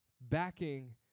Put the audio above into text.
backing